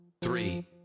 three